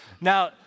Now